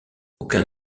aucun